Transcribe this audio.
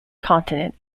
continent